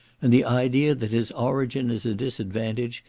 and the idea that his origin is a disadvantage,